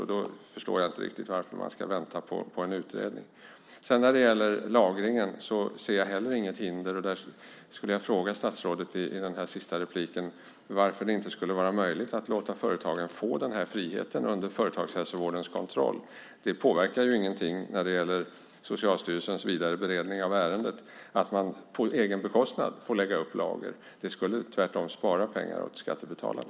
Jag förstår inte riktigt varför man ska vänta på en utredning. När det gäller lagringen ser jag heller inget hinder. I mitt sista inlägg vill jag fråga statsrådet varför det inte skulle vara möjligt att låta företagen få den här friheten under företagshälsovårdens kontroll. Att man på egen bekostnad får lägga upp lager påverkar ju inte Socialstyrelsens vidare beredning av ärendet. Det skulle tvärtom spara pengar åt skattebetalarna.